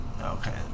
Okay